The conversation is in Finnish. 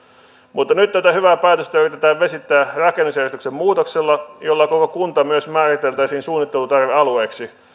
mutta nyt tätä hyvää päätöstä yritetään vesittää rakennusjärjestyksen muutoksella jolla koko kunta myös määriteltäisiin suunnittelutarvealueeksi